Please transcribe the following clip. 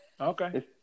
Okay